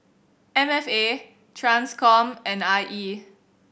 M F A Transcom and I E